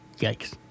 Yikes